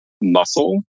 muscle